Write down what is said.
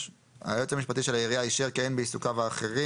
בהמשך: (3)היועץ המשפטי של העירייה אישר כי אין בעיסוקיו האחרים